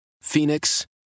Phoenix